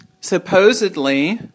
supposedly